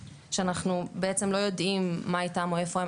שאנחנו בעצם לא יודעים מה איתם או איפה הם,